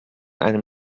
einem